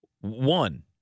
One